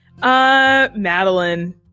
Madeline